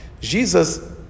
Jesus